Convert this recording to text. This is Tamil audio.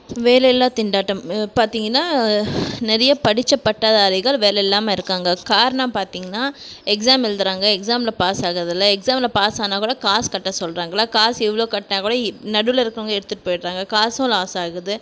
வேலையில்லா திண்டாட்டம் பார்த்திங்ன்னா நிறைய படித்த பட்டதாரிகள் வேலை இல்லாமல் இருக்காங்க காரணம் பார்த்திங்ன்னா எக்ஸாம் எழுதுகிறாங்க எக்ஸாமில் பாஸ் ஆகிறதில்ல எக்ஸாமில் பாஸ் ஆன கூட காசு கட்ட சொல்கிறாங்களா காசு எவ்வளோ கட்டினா கூட நடுவில் இருக்கிறவங்க எடுத்துகிட்டு போயிவிடுறாங்க காசும் லாஸ் ஆகுது